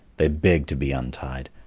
they begged to be untied.